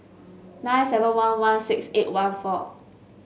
nine seven one one six eight one four